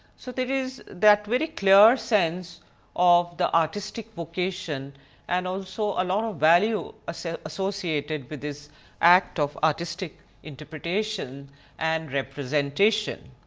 so there is that very clear sense of the artistic vocation and also a lot of value so associated with this act of artistic interpretation and representation.